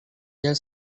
yang